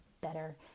better